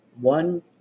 One